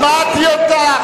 שמעתי אותך.